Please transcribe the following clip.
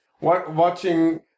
Watching